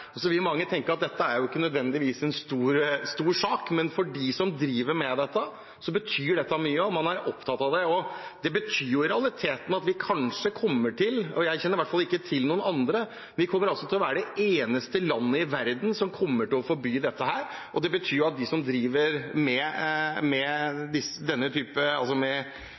vil nok tenke at dette ikke nødvendigvis er en stor sak, men for dem som driver med dette, betyr det mye, og man er opptatt av det. Det betyr i realiteten at vi kanskje kommer til – jeg kjenner i hvert fall ikke til noen andre – å være det eneste landet i verden som forbyr dette. Det betyr at vi kommer til å være det eneste landet hvor de som driver med dette og denne